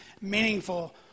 meaningful